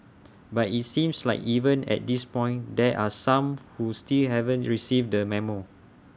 but IT seems like even at this point there are some who still haven't received the memo